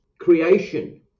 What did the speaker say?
creation